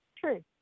True